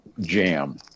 jam